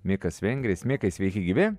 mikas vengris mikai sveiki gyvi